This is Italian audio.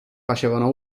facevano